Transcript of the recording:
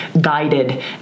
guided